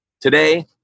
Today